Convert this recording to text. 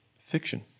fiction